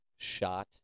shot